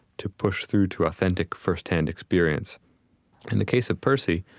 to push through to authentic first hand experience in the case of percy,